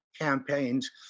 campaigns